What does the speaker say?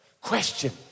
Question